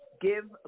give